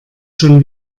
schon